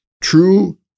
True